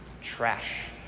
Trash